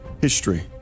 history